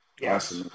Yes